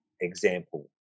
example